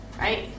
right